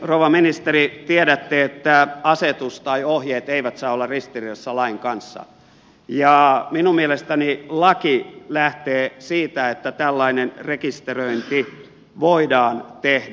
rouva ministeri tiedätte että asetus tai ohjeet eivät saa olla ristiriidassa lain kanssa ja minun mielestäni laki lähtee siitä että tällainen rekisteröinti voidaan tehdä